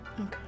Okay